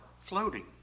floating